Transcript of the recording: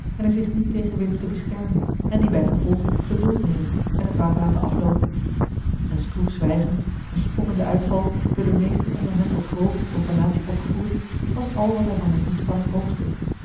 en er zich niet tegen weten te beschermen en die bijgevolg geduld nemen en het water laten afloopen een stroef zwijgen een spottende uitval door de meesten onder hen tot grove profanatie opgevoerd was al wat hij van zijne inspanning oogstte